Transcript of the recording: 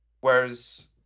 Whereas